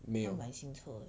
没有